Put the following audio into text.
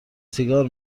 سیگار